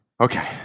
Okay